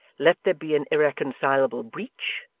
let there be an irreconcilable breach,